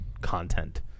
content